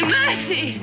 mercy